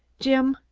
jim,